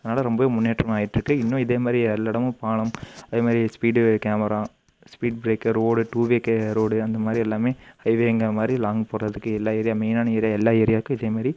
அதனால் ரொம்ப முன்னேற்றம் ஆகிட்ருக்கு இன்னும் இதே மாதிரி எல்லா இடமும் பாலம் அதே மாதிரி speed camera speed breaker road two way road அந்த மாதிரி எல்லாமே ஹைவேங்கிற மாதிரி லாங் போகிறதுக்கு எல்லா ஏரியா மெயினான ஏரியா எல்லா ஏரியாவுக்கும் இதே மாதிரி